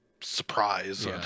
surprise